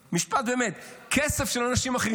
משפט, באמת: כסף של אנשים אחרים.